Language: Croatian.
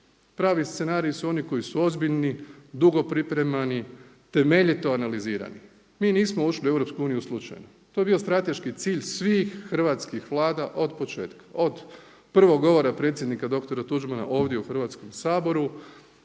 Pravi scenariji su oni koji su ozbiljni, dugo pripremani, temeljito analizirani. Mi nismo ušli u EU slučajno. To je bio strateški cilj svih hrvatskih vlada od početka, od prvog govora predsjednika doktora Tuđmana ovdje u Hrvatskom saboru,